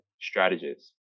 strategists